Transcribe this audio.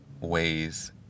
ways